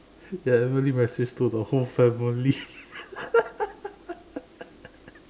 ya everybody messaged to the whole family